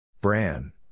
Bran